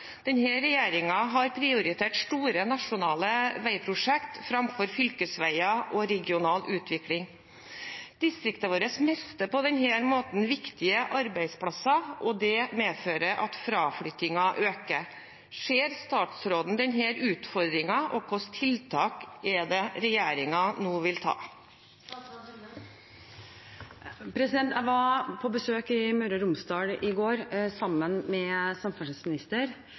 har prioritert store nasjonale veiprosjekter framfor fylkesveier og regional utvikling. Distriktene våre mister på denne måten viktige arbeidsplasser, og det medfører at fraflyttingen øker. Ser statsråden denne utfordringen, og hvilke tiltak er det regjeringen nå vil sette inn? Jeg var på besøk i Møre og Romsdal i går, sammen med